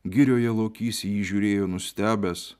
girioje lokys į jį žiūrėjo nustebęs